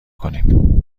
کنیم